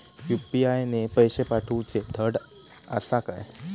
UPI ने पैशे पाठवूचे धड आसा काय?